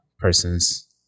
person's